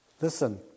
Listen